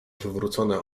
wywrócone